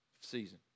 season